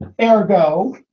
ergo